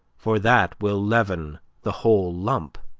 for that will leaven the whole lump.